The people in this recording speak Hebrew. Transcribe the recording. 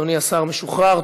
אדוני השר משוחרר.